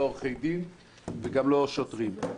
לא עורכי דין וגם לא שוטרים.